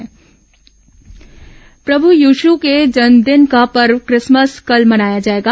Christmas प्रभू यीशु के जन्मदिन का पर्व क्रिसमस कल मनाया जाएगा